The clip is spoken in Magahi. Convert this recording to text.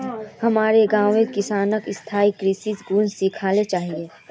हमारो गांउत किसानक स्थायी कृषिर गुन सीखना चाहिए